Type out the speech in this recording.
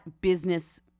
business